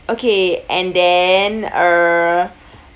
okay and then err